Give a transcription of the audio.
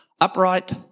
upright